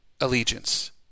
allegiance